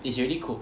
it's really cool